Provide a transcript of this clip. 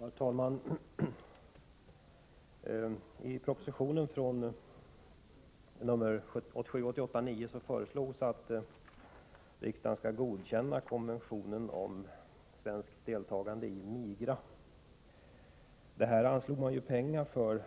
Herr talman! I propositionen 1987/88:9 föreslås att riksdagen skall godkänna konventionen om svenskt deltagande i MIGA. Detta anslog man pengar till